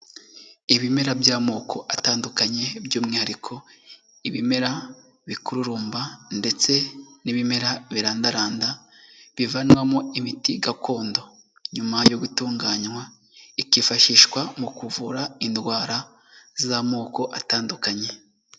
Ibimera by'amoko atandukanye by'umwihariko ibimera bikururumba ndetse n'ibimera birandaranda bivanwamo imiti gakondo. Nyuma yo gutunganywa ikifashishwa mu kuvura indwara z'amoko atandukanye.